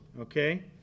okay